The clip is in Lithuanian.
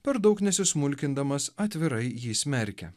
per daug nesismulkindamas atvirai jį smerkia